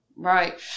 Right